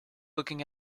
looking